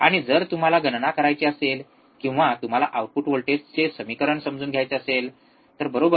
आणि जर तुम्हाला गणना करायची असेल किंवा तुम्हाला आउटपुट व्होल्टेजचे समीकरण समजून घ्यायचे असेल तर बरोबर